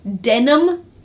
denim